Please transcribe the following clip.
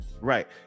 right